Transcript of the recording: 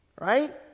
right